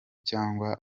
cyangwa